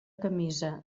camisa